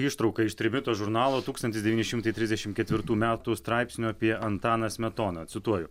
ištrauka iš trimito žurnalo tūkstantis devyni šimtai trisdešim ketvirtų metų straipsnio apie antaną smetoną cituoju